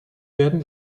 werden